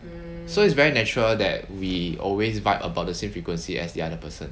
so it's very natural that we always vibe about the same frequency as the other person